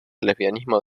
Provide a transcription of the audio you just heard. lesbianismo